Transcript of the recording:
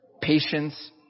patience